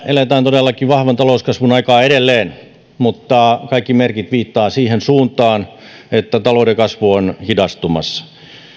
elämme todellakin vahvan talouskasvun aikaa edelleen mutta kaikki merkit viittaavat siihen suuntaan että talouden kasvu on hidastumassa